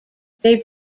they